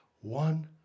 One